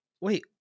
wait